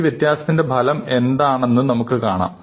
ഈ വ്യത്യാസത്തിന്റെ ഫലം എന്താണെന്ന് നമുക്ക് കാണാം